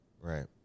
right